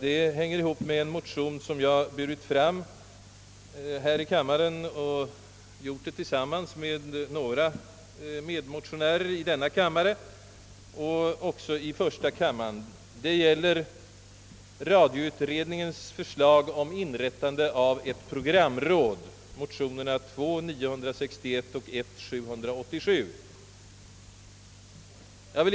Den andra fråga, herr talman, som jag vill beröra behandlas i en motion som jag tillsammans med några andra motionärer har burit fram i denna kammare och som också har väckts i första kammaren. Det gäller radioutredningens förslag om inrättande av ett programråd. Motionerna har nummer II: 961 och I: 787.